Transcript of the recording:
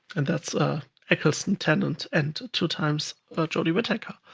and that's eccleston, tennant, and two times jodie whittaker.